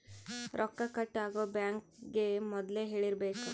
ರೊಕ್ಕ ಕಟ್ ಆಗೋ ಬ್ಯಾಂಕ್ ಗೇ ಮೊದ್ಲೇ ಹೇಳಿರಬೇಕು